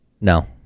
No